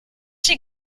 sie